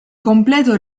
completo